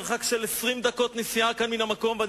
מרחק של 20 דקות נסיעה מן המקום הזה,